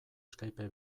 skype